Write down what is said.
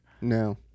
no